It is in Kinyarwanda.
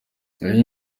nari